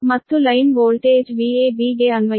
ಮತ್ತು line voltage Vab ಗೆ ಅನ್ವಯಿಸಿ